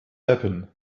happen